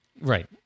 Right